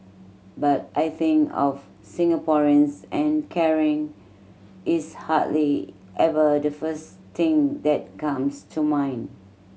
but I think of Singaporeans and caring is hardly ever the first thing that comes to mind